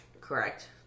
Correct